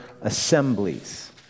assemblies